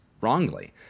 wrongly